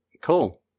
Cool